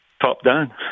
top-down